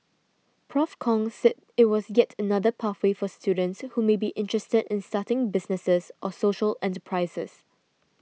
Prof Kong said it was yet another pathway for students who may be interested in starting businesses or social enterprises